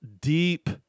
deep